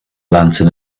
lantern